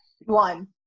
One